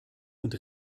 und